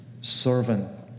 servant